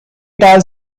tal